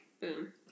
boom